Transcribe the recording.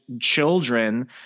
children